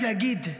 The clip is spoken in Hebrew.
רק להגיד,